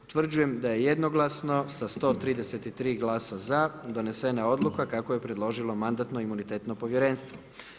Utvrđujem da je jednoglasno, sa 133 glasa za donesena odluka kako je predložilo Mandatno-imunitetno povjerenstvo.